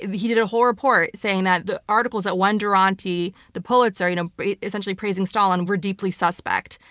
he did a whole report saying that the articles that won duranty the pulitzer, you know essentially praising stalin, were deeply suspect.